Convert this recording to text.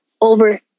over